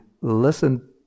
listen